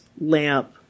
lamp